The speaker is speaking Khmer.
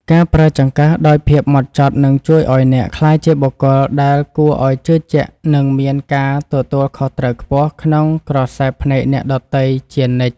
ការប្រើចង្កឹះដោយភាពហ្មត់ចត់នឹងជួយឱ្យអ្នកក្លាយជាបុគ្គលដែលគួរឱ្យជឿជាក់និងមានការទទួលខុសត្រូវខ្ពស់ក្នុងក្រសែភ្នែកអ្នកដទៃជានិច្ច។